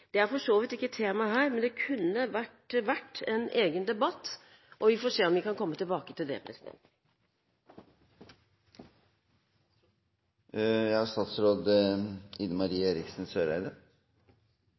Dette er for så vidt ikke temaet her, men det kunne vært verdt en egen debatt. Vi får se om vi kan komme tilbake til det.